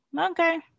Okay